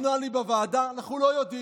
הוא ענה לי בוועדה: אנחנו לא יודעים.